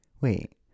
Wait